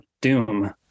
doom